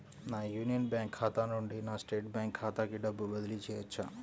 నా Union Bank ఖాతా నుండి నా స్టేట్ బ్యాంకు ఖాతాకి డబ్బు బదిలి చేయవచ్చా?